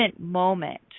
moment